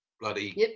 bloody